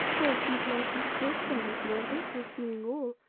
why, since last we spoke upon this matter, foreseeing all,